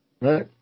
Right